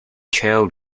child